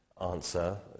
answer